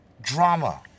drama